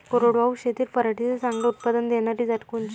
कोरडवाहू शेतीत पराटीचं चांगलं उत्पादन देनारी जात कोनची?